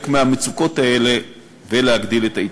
מהמצוקות האלה ולהגדיל את ההתיישבות.